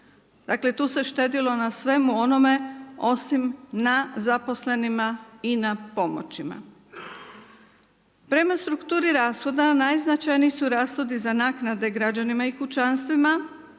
Dakle, tu se štedilo na svemu onome osim na zaposlenima i na pomoćima. Prema strukturi rashoda, najznačajniji su rashodi za naknade građanima i kućanstvima,